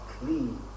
clean